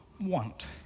want